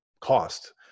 cost